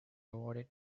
awarded